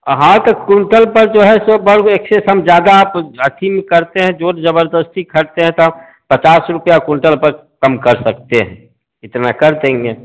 हाँ तो कुंटल पर तो है ज़ोर ज़बरदस्ती करते हैं तो पचास रूपया कुंटल पर कम कर सकतें हैं इतना कर देंगें